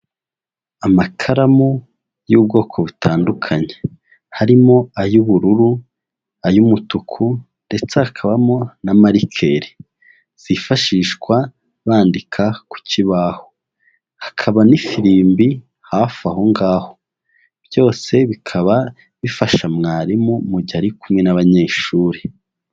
Amakaramu y'ubwoko butandukanye. Harimo ay'ubururu, ay'umutuku, ndetse hakabamo na marikeri zifashishwa bandika ku kibaho, hakaba n'ifirimbi hafi aho ngaho. Byose bikaba bifasha mwarimu, mu gihe ari kumwe n'abanyeshuri.